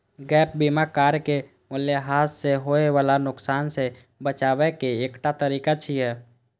gap बीमा car के मूल्यह्रास सं होय बला नुकसान सं बचाबै के एकटा तरीका छियै